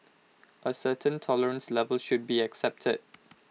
A certain tolerance level should be accepted